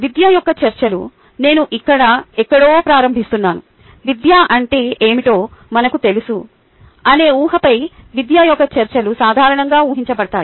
విద్య యొక్క చర్చలు నేను ఇక్కడ ఎక్కడో ప్రారంభిస్తున్నాను విద్య అంటే ఏమిటో మనకు తెలుసు అనే ఊహపై విద్య యొక్క చర్చలు సాధారణంగా ఊహించబడతాయి